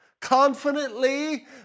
confidently